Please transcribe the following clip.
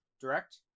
Direct